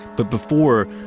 but before,